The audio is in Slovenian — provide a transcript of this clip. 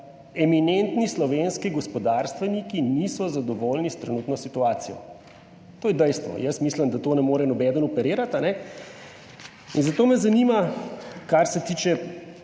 Eminentni slovenski gospodarstveniki niso zadovoljni s trenutno situacijo. To je dejstvo. Jaz mislim, da s tem ne more nobeden operirati. In zato me zanima, kar se tiče